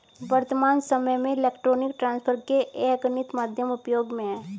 वर्त्तमान सामय में इलेक्ट्रॉनिक ट्रांसफर के अनगिनत माध्यम उपयोग में हैं